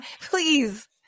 please